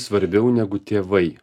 svarbiau negu tėvai